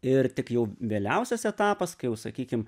ir tik jau vėliausias etapas kai jau sakykim